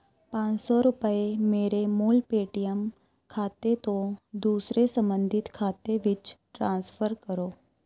ਪੰਜ ਸੌ ਰੁਪਏ ਮੇਰੇ ਮੂਲ ਪੇਟੀਐੱਮ ਖਾਤੇ ਤੋਂ ਦੂਸਰੇ ਸੰਬੰਧਿਤ ਖਾਤੇ ਵਿੱਚ ਟ੍ਰਾਂਸਫਰ ਕਰੋ